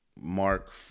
mark